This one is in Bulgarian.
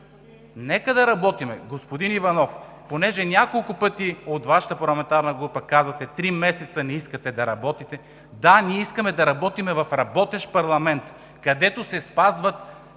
ГЕОРГИ СВИЛЕНСКИ: Господин Иванов, понеже няколко пъти от Вашата парламентарна група казвате: три месеца не искате да работите. Да, ние искаме да работим в работещ парламент, където се спазват парламентарната